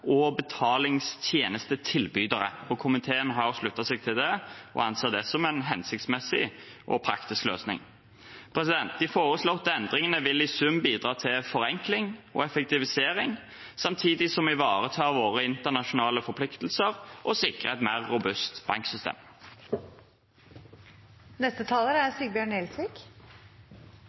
og betalingstjenestetilbydere. Komiteen har sluttet seg til dette og anser det som en hensiktsmessig og praktisk løsning. De foreslåtte endringene vil i sum bidra til forenkling og effektivisering, samtidig som vi ivaretar våre internasjonale forpliktelser og sikrer et mer robust